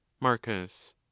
marcus